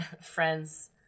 friends